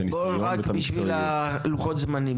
את הניסיון --- רק בשביל לוחות הזמנים,